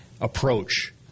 approach